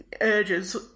urges